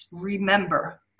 remember